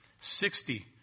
sixty